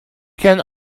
can